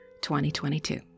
2022